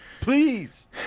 Please